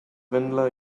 vanilla